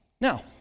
Now